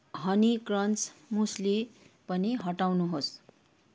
honey crunch muesli पनि हटाउनुहोस्